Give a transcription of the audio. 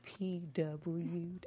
Pw